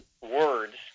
words